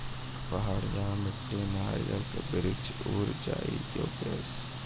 पहाड़िया मिट्टी नारियल के वृक्ष उड़ जाय योगेश?